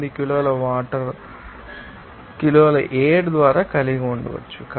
0238 కిలోల వాటర్ లో కిలోల ఎయిర్ ద్వారా కలిగి ఉండవచ్చు